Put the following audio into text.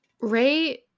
Ray